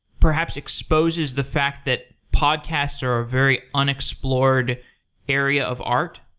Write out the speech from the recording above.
perhaps, exposes the fact that podcasts are a very unexplored area of art?